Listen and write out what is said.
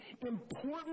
important